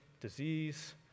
disease